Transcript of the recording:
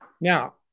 Now